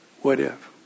what-if